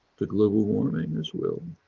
to global warming as well.